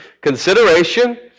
consideration